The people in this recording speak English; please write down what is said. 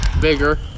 bigger